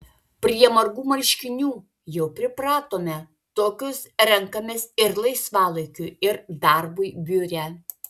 prie margų marškinių jau pripratome tokius renkamės ir laisvalaikiui ir darbui biure